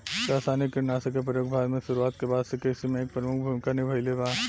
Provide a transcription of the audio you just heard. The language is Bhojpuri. रासायनिक कीटनाशक के प्रयोग भारत में शुरुआत के बाद से कृषि में एक प्रमुख भूमिका निभाइले बा